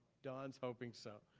don's hoping so